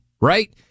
right